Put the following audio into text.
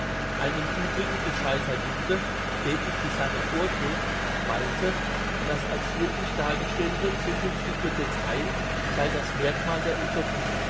ein im uebrigen gescheiter jude dem ich die sache vortrug meinte das als wirklich dargestellte zukünftige detail sei das merkmal der utopie